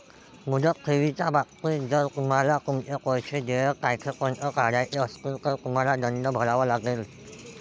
मुदत ठेवीच्या बाबतीत, जर तुम्हाला तुमचे पैसे देय तारखेपूर्वी काढायचे असतील, तर तुम्हाला दंड भरावा लागेल